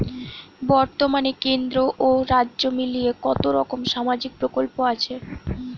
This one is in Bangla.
বতর্মানে কেন্দ্র ও রাজ্য মিলিয়ে কতরকম সামাজিক প্রকল্প আছে?